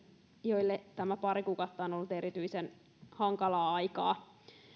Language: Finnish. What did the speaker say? joille tämä pari kuukautta on ollut erityisen hankalaa aikaa jos